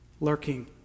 lurking